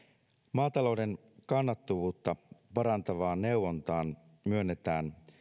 maatalouden kannattavuutta parantavaan neuvontaan myönnetään